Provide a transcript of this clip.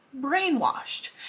brainwashed